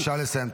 בבקשה לסיים.